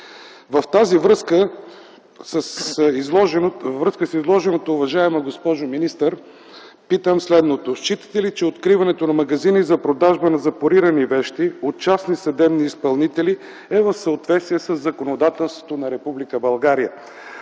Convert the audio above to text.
Във връзка с изложеното, уважаема госпожо министър, питам следното: Считате ли, че откриването на магазини за продажба на запорирани вещи от частни съдебни изпълнители е в съответствие със законодателството на